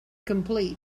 complete